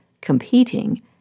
competing